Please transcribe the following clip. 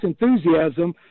enthusiasm